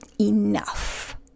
Enough